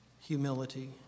humility